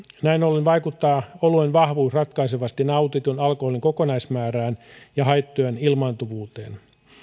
näin ollen vaikuttaa oluen vahvuus ratkaisevasti nautitun alkoholin kokonaismäärään ja haittojen ilmaantuvuuteen